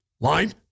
Line